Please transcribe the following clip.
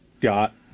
got